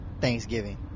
Thanksgiving